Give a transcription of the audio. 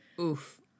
Oof